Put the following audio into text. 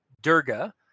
Durga